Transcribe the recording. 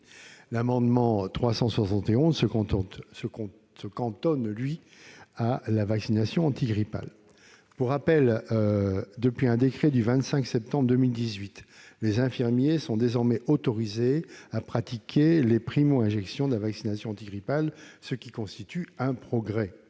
simplement, la vaccination antigrippale. Pour rappel, depuis un décret du 25 septembre 2018, les infirmiers sont autorisés à pratiquer les primo-injections de la vaccination antigrippale, ce qui représente un progrès.